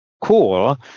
cool